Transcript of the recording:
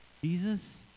Jesus